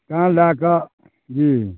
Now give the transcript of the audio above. तेँ लए कऽ जी